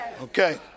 Okay